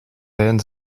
hein